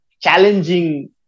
challenging